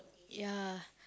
ya